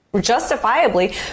justifiably